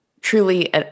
truly